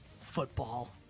Football